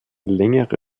längere